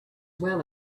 well